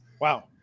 Wow